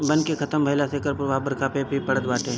वन के खतम भइला से एकर प्रभाव बरखा पे भी पड़त बाटे